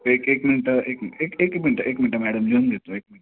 एक एक मिनटं एक मिन एक एक एक मिनटं एक मिनटं मॅडम लिहून घेतो एक मिनटं